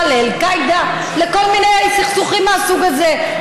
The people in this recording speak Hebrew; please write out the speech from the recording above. לאל-קאעידה ומכל מיני סכסוכים מהסוג הזה,